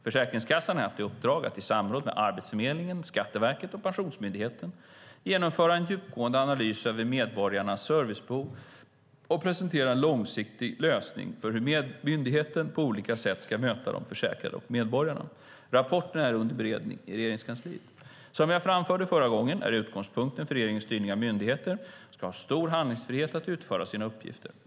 Försäkringskassan har haft i uppdrag att i samråd med Arbetsförmedlingen, Skatteverket och Pensionsmyndigheten genomföra en djupgående analys över medborgarnas servicebehov och presentera en långsiktig lösning för hur myndigheten på olika sätt ska möta de försäkrade och medborgarna. Rapporterna är under beredning i Regeringskansliet. Som jag framförde förra gången är utgångspunkten för regeringens styrning att myndigheter ska ha stor handlingsfrihet att utföra sina uppgifter.